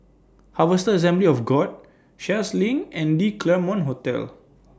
Harvester Assembly of God Sheares LINK and The Claremont Hotel